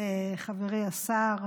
חברי השר,